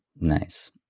Nice